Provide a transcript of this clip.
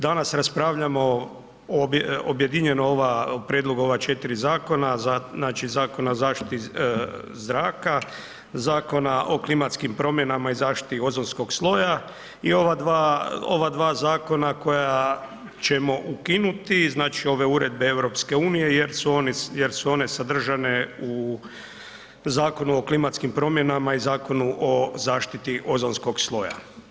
Danas raspravljamo objedinjeno o prijedlogu ova 4 zakona, znači Zakona o zaštiti zraka, Zakona o klimatskim promjenama i zaštiti ozonskog sloja i ova zakona koja ćemo ukinuti, znači ove uredbe EU-a jer su one sadržane u Zakonu o klimatskim promjenama i Zakonu o zaštiti ozonskog sloja.